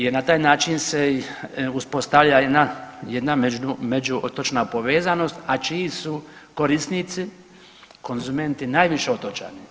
Jer na taj način se uspostavlja jedna među otočna povezanost, a čiji su korisnici, konzumenti najviše otočani.